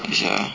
等一下 ah